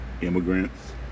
immigrants